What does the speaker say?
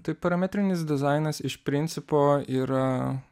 tai parametrinis dizainas iš principo yra